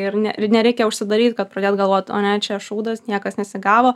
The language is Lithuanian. ir ne ir nereikia užsidaryt kad pradėt galvot o ne čia šūdas niekas nesigavo